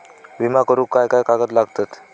विमा करुक काय काय कागद लागतत?